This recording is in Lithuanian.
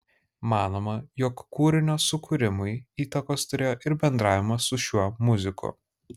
manoma jog kūrinio sukūrimui įtakos turėjo ir bendravimas su šiuo muziku